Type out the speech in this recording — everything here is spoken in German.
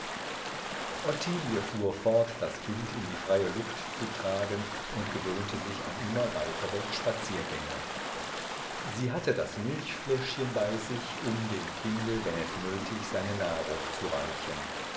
fuhr fort das kind in die freie luft zu tragen und gewöhnte sich an immer weitere spaziergänge sie hatte das milchfläschchen bei sich um dem kinde wenn es nötig seine nahrung zu reichen